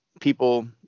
people